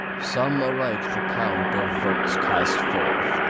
sum aright the count of votes cast forth,